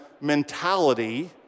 mentality